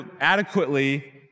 adequately